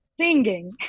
singing